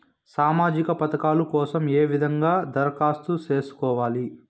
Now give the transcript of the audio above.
సామాజిక పథకాల కోసం ఏ విధంగా దరఖాస్తు సేసుకోవాలి